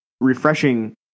refreshing